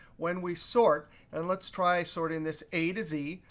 when we sort and let's try sorting this a to z,